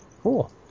Cool